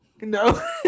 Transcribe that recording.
No